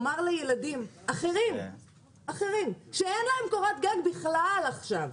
לילדים אחרים שאין להם קורת גג בכלל עכשיו,